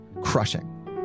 crushing